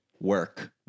work